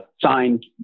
Signed